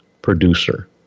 producer